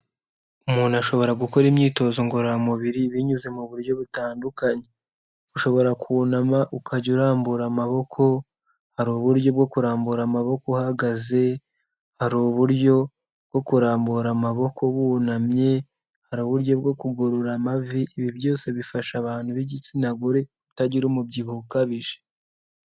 Umuntu ashobora gukora imyitozo ngororamubiri, binyuze mu buryo butandukanye. Ushobora kunama ukajya urambura amaboko, hari uburyo bwo kurambura amaboko uhagaze, hari uburyo bwo kurambura amaboko wunamye, hari uburyo bwo kugorora amavi, ibi byose bifasha abantu b'igitsina gore, kutagira umubyibuho ukabije.